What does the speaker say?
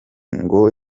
ngo